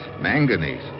Manganese